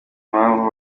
impamvu